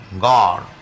God